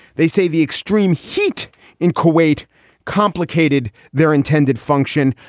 they say the extreme heat in kuwait complicated their intended function.